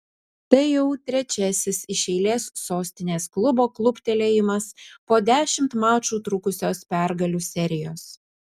tai jau trečiasis iš eilės sostinės klubo kluptelėjimas po dešimt mačų trukusios pergalių serijos